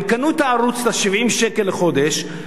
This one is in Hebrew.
הם קנו את הערוץ ב-70 שקל לחודש,